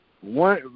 One